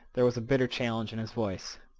there was a bitter challenge in his voice.